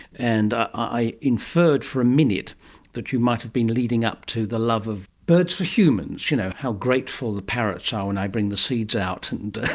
and i inferred for a minute that you might have been leading up to the love of birds for humans, you know, how grateful the parrots are when i bring the seeds out. and and